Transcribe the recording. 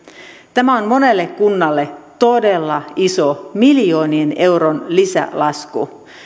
tämä on monelle kunnalle todella iso miljoonien eurojen lisälasku